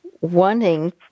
wanting